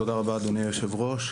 תודה רבה אדוני היושב ראש,